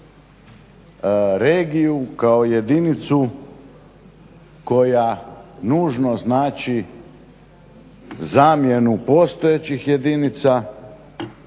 regiju kao jedinicu koja nužno znači zamjenu postojećih jedinica.